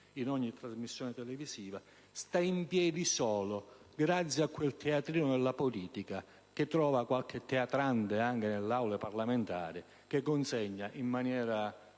in ogni trasmissione televisiva, sta in piedi solo grazie a quel teatrino della politica, che trova qualche teatrante anche nelle Aule parlamentari e che consegna, in maniera